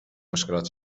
مشکلات